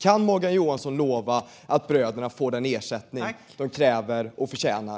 Kan Morgan Johansson lova att bröderna får den ersättning de kräver och förtjänar?